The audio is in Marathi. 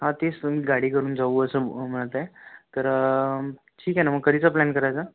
हा तेच गाडी घेऊन जाऊ असं म्हणत आहे तर ठीक आहे न मग कधीचा प्लान करायचा